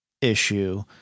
issue